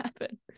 happen